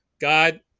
God